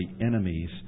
enemies